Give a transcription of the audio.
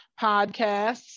podcasts